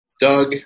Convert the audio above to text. Doug